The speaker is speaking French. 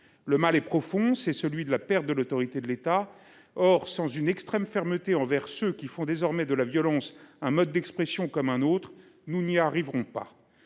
Le mal est profond, c’est celui de la perte de l’autorité de l’État. Or, sans une extrême fermeté envers ceux qui font désormais de la violence un mode d’expression comme un autre, nous n’y arriverons pas.